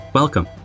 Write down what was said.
welcome